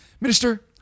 Minister